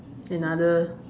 another